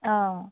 অঁ